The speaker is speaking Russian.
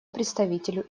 представителю